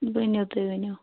ؤنِو تُہۍ ؤنِو